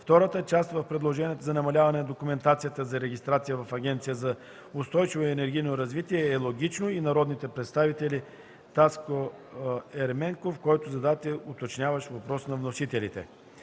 втората част в предложението за намаляване на документацията за регистрация в Агенцията за устойчиво енергийно развитие е логична. Народният представител Таско Ерменков зададе уточняващ въпрос на вносителите.